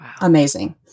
Amazing